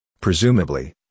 Presumably